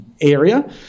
area